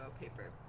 paper